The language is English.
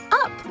up